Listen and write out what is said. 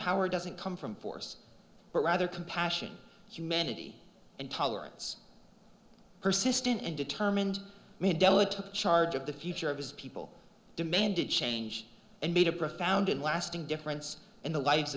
power doesn't come from force but rather compassion humanity and tolerance persistent and determined mandela took charge of the future of his people demanded change and made a profound and lasting difference in the lives